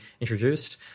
introduced